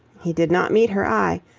he did not meet her eye,